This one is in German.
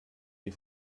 die